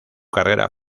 carrera